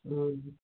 हूँ